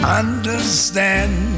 understand